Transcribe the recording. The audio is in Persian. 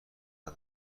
ادب